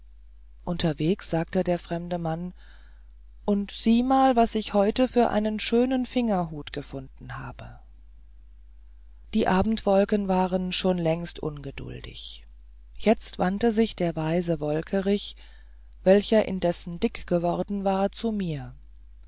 unterwegs sagte der fremde mann und sieh mal was ich heute für einen schönen fingerhut gefunden habe die abendwolken waren schon längst ungeduldig jetzt wandte sich der weise wolkerich welcher indessen dick geworden war zu mir